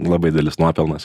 labai didelis nuopelnas